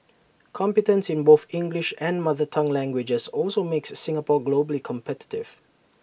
competence in both English and mother tongue languages also makes Singapore globally competitive